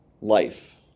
life